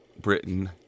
Britain